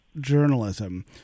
journalism